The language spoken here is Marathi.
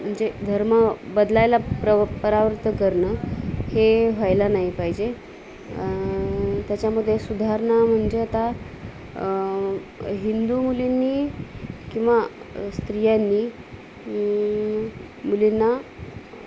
म्हणजे धर्म बदलायला प्रव परावृत्त करणं हे व्हायला नाही पाहिजे त्याच्यामध्ये सुधारणा म्हणजे आता हिंदू मुलींनी किंवा स्त्रियांनी मुलींना